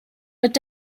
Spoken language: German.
mit